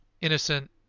innocent